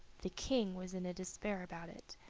the king was in despair about it,